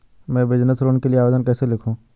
मैं business loan के लिए आवेदन कैसे लिखूँ?